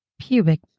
pubic